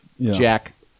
Jack